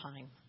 time